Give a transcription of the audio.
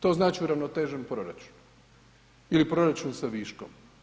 To znači uravnotežen proračun ili proračun sa viškom.